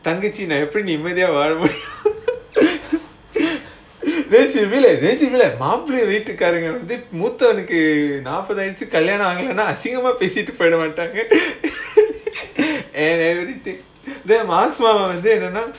தங்கச்சி நான் எப்படி நிம்மதியா வாழ முடியும்:thangachi naan eppadi nimmadhiyaa vazha mudiyum then she will be like மாப்பிள்ளை வீட்டுக்காரங்க வந்து மூத்தவனுக்க நாற்பது ஆயிடுச்சு அசிங்கமா பேசிட்டு போயிட மாட்டாங்க:maapillai veetukkaaranga vandhu moothavanukku naarpadhu ayiduchu asingamaa pesittu poida maataanga anything then மாமா வந்து என்னனா:mama vandhu ennanaa